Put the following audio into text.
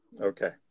Okay